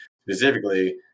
specifically